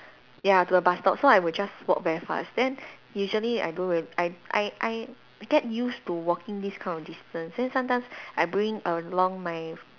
ya to a bus stop so I would just walk very fast then usually I don't rem~ I I I get used to walking this kind of distance then sometimes I bring along my